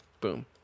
Boom